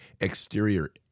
exterior